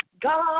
God